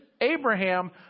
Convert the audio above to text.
Abraham